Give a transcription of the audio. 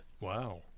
Wow